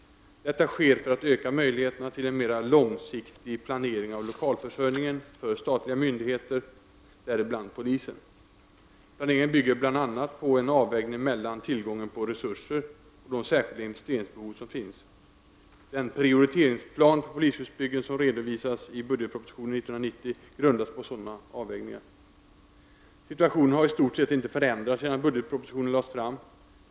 Detta sker för att öka möjligheterna till en mera långsiktig planering av lokalförsörjningen för statliga myndigheter, däribland polisen. Planeringen bygger bland annat på en avvägning mellan tillgången på resurser och de skilda investeringsbehov som finns. Den prioriteringsplan för polishusbyggen som redovisas i budgetpropositionen 1990 grundas på sådana avvägningar. Situationen har i stort sett inte förändrats sedan budgetpropositionen lades fram.